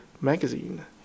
magazine